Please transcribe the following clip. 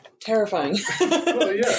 terrifying